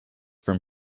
from